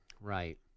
Right